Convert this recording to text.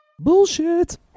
Bullshit